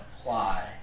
apply